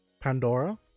pandora